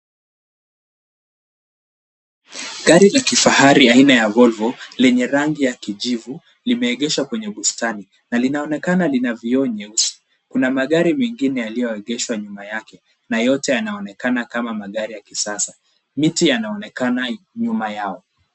Gari la kifahari aina ya volvo lenye rangi ya kijivu limeegeshwa kwenye bustani na linaonekana lina vioo nyeusi. Kuna magari mengine yaliyoegeshwa nyuma yake na yote yanaonekana kama magari ya kisasa, miti yanaonekana nyuma yao.